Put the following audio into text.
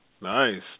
Nice